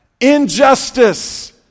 injustice